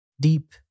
deep